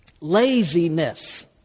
laziness